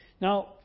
Now